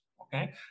okay